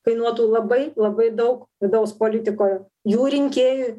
kainuotų labai labai daug vidaus politikoje jų rinkėjui